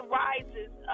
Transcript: rises